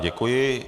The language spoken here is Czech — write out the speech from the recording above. Děkuji.